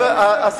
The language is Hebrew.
התנועה הציונית,